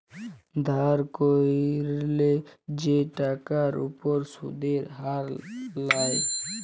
ধার ক্যইরলে যে টাকার উপর সুদের হার লায়